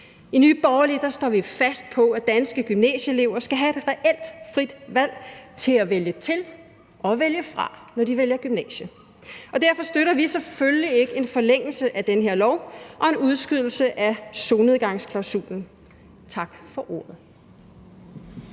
I Nye Borgerlige står vi fast på, at danske gymnasieelever skal have et reelt frit valg til at vælge til og vælge fra, når de vælger gymnasie. Derfor støtter vi selvfølgelig ikke en forlængelse af den her lov og en udskydelse af solnedgangsklausulen. Tak for ordet.